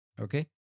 Okay